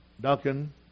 Duncan